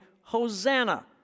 Hosanna